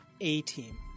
A-Team